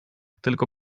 tylko